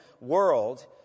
world